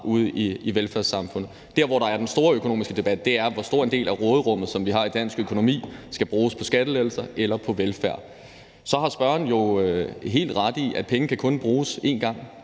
ude i velfærdssamfundet. Der, hvor der er den store økonomiske debat, er i spørgsmålet om, hvor stor en del af råderummet der skal bruges på skattelettelser eller på velfærd. Så har spørgeren jo helt ret i, at penge kun kan bruges en gang.